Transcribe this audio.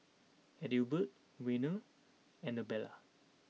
Adelbert Werner Anabella